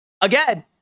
Again